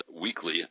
weekly